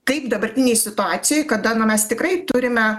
kaip dabartinėj situacijoj kada nu mes tikrai turime